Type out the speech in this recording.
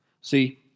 See